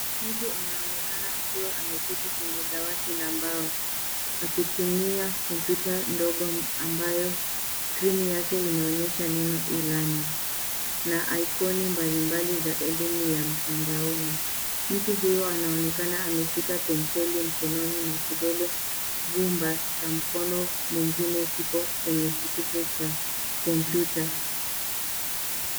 Mtu anaonekana akiwa ameketi kwenye dawati la mbao akitumia kompyuta ndogo ambayo skrini yake inaonyesha neno E-learning na ikoni mbalimbali za elimu ya mtandaoni. Mtu huyo anaonekana ameshika penseli mkononi na kidole gumba cha mkono mwingine kipo kwenye kitufe cha kompyuta.